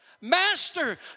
master